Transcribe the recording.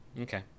Okay